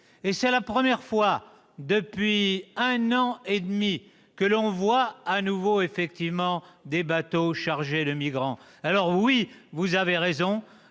Et c'est la première fois depuis un an et demi que l'on voit de nouveau des bateaux chargés de migrants ! Oui, vous avez raison,